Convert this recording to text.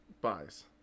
buys